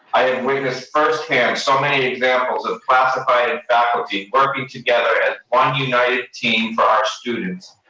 i have witnessed first-hand so many examples of classified and faculty working together as one united team for our students,